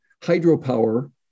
hydropower